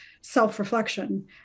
self-reflection